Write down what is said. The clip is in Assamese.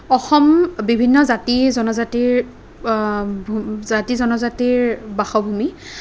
অসম বিভিন্ন জাতি জনজাতিৰ ভূ জাতি জনজাতিৰ বাসভুমি